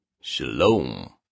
Shalom